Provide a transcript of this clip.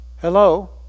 Hello